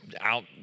out